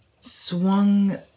swung